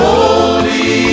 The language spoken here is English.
Holy